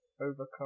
Overcome